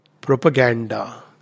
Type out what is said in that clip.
propaganda